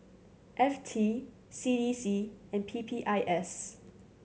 F T C E C and P P I S